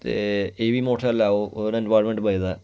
ते एह् बी मोटरसैकल लैओ ओह्दे कन्नै इनवायरनमेंट बचदा ऐ